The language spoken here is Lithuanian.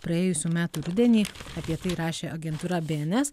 praėjusių metų rudenį apie tai rašė agentūra bns